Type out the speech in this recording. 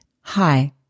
Hi